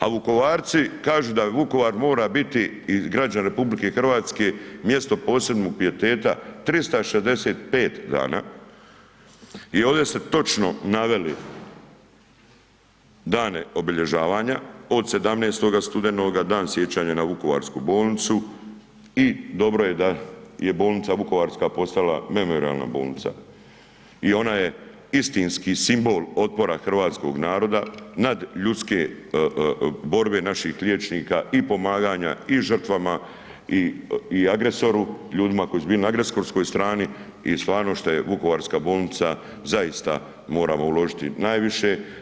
A Vukovarci kažu da Vukovar mora biti i građani RH mjesto posebnog pijeteta 365 dana i ovdje ste točno naveli dane obilježavanja od 17. studenoga, Dan sjećanja na vukovarsku bolnicu i dobro je da je bolnica vukovarska postala memorijalna bolnica i ona je istinski simbol otpora hrvatskog naroda nadljudske borbe našim liječnika i pomaganja i žrtvama i agresoru, ljudima koji su bili na agresorskoj strani i stvarno što je vukovarska bolnica zaista moramo uložiti najviše.